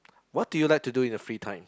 what do you like to do in your free time